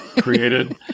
created